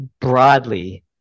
broadly